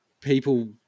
people